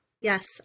Yes